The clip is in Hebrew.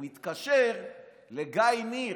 הוא מתקשר לגיא ניר,